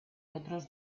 otros